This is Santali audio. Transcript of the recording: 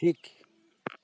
ᱴᱷᱤᱠ